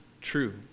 true